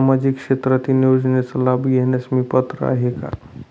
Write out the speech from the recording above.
सामाजिक क्षेत्रातील योजनांचा लाभ घेण्यास मी पात्र आहे का?